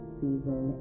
season